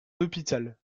hôpital